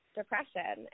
depression